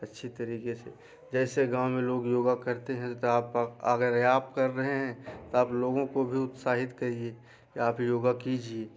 अच्छी तरीके से जैसे गाँव में योगा करते हैं तो आप आप अगर आप कर रहें हैं तो आप लोगों को भी उत्साहित कहिए या आप योग कीजिए